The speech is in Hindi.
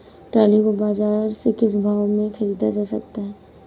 ट्रॉली को बाजार से किस भाव में ख़रीदा जा सकता है?